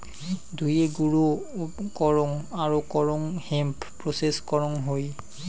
ধুয়ে, গুঁড়ো করং আরো করং হেম্প প্রেসেস করং হই